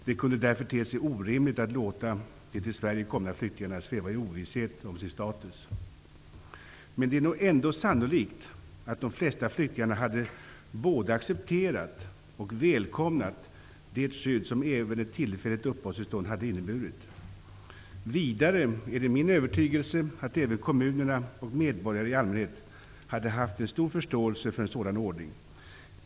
Det kunde därför te sig orimligt att låta de till Sverige komna flyktingarna sväva i ovisshet om sin status. Det är nog ändock sannolikt att de flesta flyktingarna både hade accepterat och välkomnat det skydd som även ett tillfälligt uppehållstillstånd hade inneburit. Vidare är det min övertygelse att även kommunerna och medborgarna i allmänhet hade haft en stor förståelse för en sådan ordning.